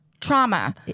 trauma